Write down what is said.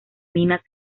minas